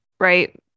Right